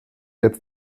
jetzt